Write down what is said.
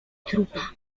trupa